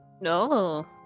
no